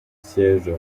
sièges